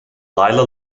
leila